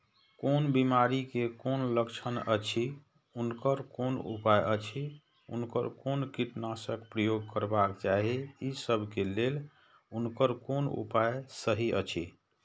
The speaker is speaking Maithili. कोन बिमारी के कोन लक्षण अछि उनकर कोन उपाय अछि उनकर कोन कीटनाशक प्रयोग करबाक चाही ई सब के लेल उनकर कोन उपाय सहि अछि?